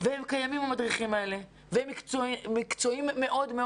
הם קיימים, המדריכים האלה, והם מקצועיים מאוד.